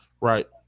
right